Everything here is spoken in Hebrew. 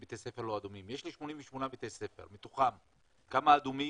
יש ישוב שמוגדר אדום?